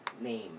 Name